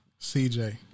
CJ